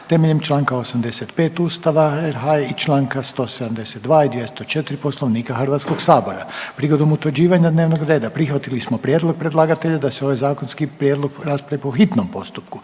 temeljem čl. 85 Ustava RH i čl. 172 i 204 Poslovnika Hrvatskoga sabora. Prigodom utvrđivanja dnevnog reda prihvatili smo prijedlog predlagatelja da se ovaj zakonski prijedlog raspravi po hitnom postupku.